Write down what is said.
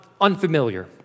unfamiliar